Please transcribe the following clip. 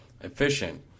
efficient